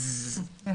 אני